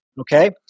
Okay